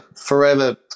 forever